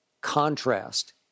contrast